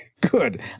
Good